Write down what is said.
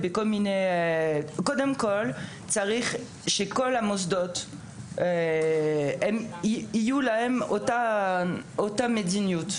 צריך שלכל המוסדות תהיה אותה המדיניות.